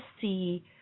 see